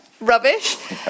rubbish